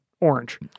orange